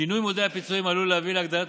שינוי מודל הפיצויים עלול להביא להגדלת